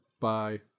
bye